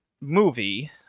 movie